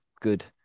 good